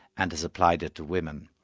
and he's applied it to women.